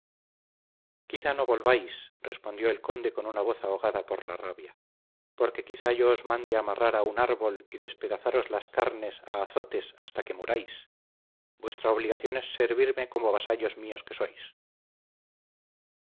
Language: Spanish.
quizá no volváis respondió el conde con una voz ahogada por la rabia porque quizá yo os mande amarrar a un árbol y despedazaros las carnes a azotes hasta que muráis vuestra obligación es servirme como vasallos míos que sois